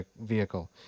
vehicle